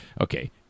okay